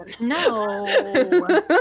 No